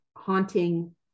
haunting